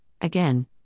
again